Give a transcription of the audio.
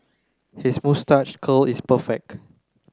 his moustache curl is perfect